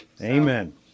Amen